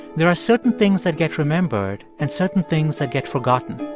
there are certain things that get remembered and certain things that get forgotten.